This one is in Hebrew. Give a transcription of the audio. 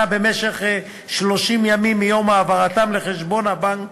במשך 30 ימים מיום העברתם לחשבון הבנק